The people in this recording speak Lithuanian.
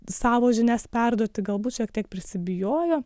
savo žinias perduoti galbūt šiek tiek prisibijojo